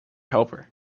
helper